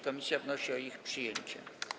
Komisja wnosi o ich przyjęcie.